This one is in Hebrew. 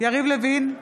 יריב לוין,